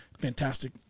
Fantastic